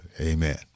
amen